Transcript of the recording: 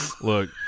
Look